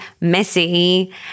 messy